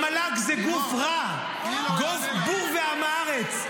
המל"ג זה גוף רע, גוף בור ועם הארץ.